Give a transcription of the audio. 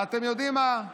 ואתם יודעים מה?